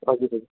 हजुर हजुर